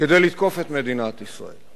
כדי לתקוף את מדינת ישראל,